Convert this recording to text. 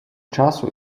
часу